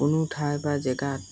কোনো ঠাই বা জেগাত